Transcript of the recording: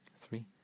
three